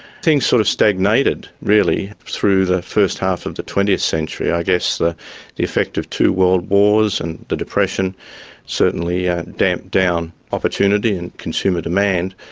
things sort of stagnated really through the first half of the twentieth century. i guess the the effect of two world wars and the depression certainly damped down opportunity and consumer demand,